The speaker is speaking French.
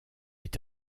est